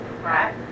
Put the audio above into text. Right